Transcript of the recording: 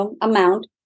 amount